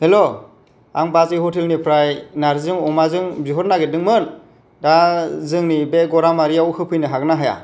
हेल' आं बाजै हटेलनिफ्राय नार्जि अमाजों बिहरनो नागिरदोंमोन दा जोंनि बे गरामारियाव होफैनो हागोन ना हाया